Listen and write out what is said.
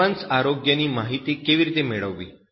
advanced આરોગ્ય માહિતી કેવી રીતે મેળવવી